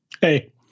hey